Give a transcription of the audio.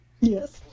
Yes